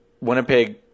Winnipeg